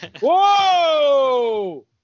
Whoa